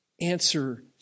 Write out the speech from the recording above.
answer